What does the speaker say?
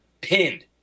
pinned